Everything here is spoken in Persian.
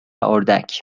اردک